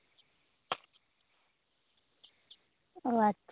ᱚ ᱟᱪᱪᱷᱟ